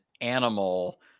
animal